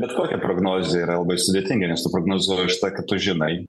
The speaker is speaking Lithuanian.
bet kokia prognozė yra labai sudėtinga nes tu prognozuoji iš to ką tu žinai